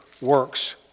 works